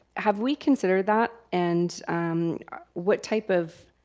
have we considered that? and what type of